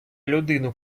людину